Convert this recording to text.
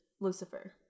Lucifer